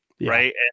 right